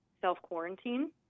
self-quarantine